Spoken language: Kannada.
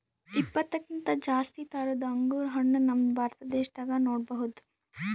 ಇಪ್ಪತ್ತಕ್ಕಿಂತ್ ಜಾಸ್ತಿ ಥರದ್ ಅಂಗುರ್ ಹಣ್ಣ್ ನಮ್ ಭಾರತ ದೇಶದಾಗ್ ನೋಡ್ಬಹುದ್